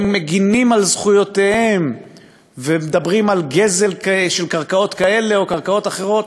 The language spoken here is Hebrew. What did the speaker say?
הם מגינים על זכויותיהם ומדברים על גזל של קרקעות כאלה או קרקעות אחרות.